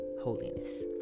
holiness